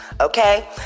Okay